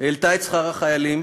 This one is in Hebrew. העלתה את שכר החיילים.